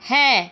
হ্যাঁ